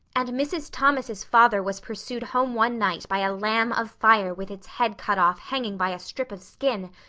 and mrs. thomas's father was pursued home one night by a lamb of fire with its head cut off hanging by a strip of skin.